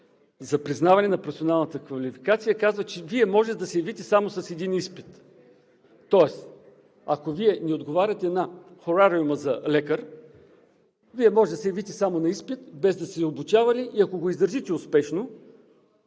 за признаване на професионалната квалификация казват, че Вие може да се явите само с един изпит, тоест, ако Вие не отговаряте на хорариума за лекар, може да се явите само на изпит, без да сте обучавани и ако го издържите успешно,